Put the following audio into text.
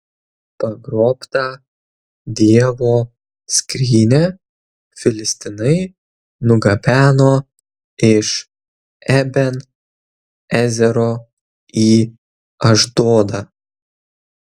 pagrobtą dievo skrynią filistinai nugabeno iš eben ezero į ašdodą